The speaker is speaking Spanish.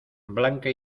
blanca